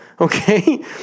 okay